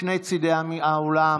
משני צידי האולם.